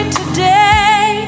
today